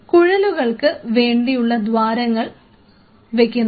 കുഴലുകൾക്ക് വേണ്ടിയുള്ള ദ്വാരങ്ങൾ വെക്കുന്നു